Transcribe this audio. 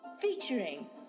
Featuring